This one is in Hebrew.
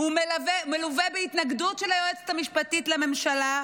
הוא מלווה בהתנגדות של היועצת המשפטית לממשלה,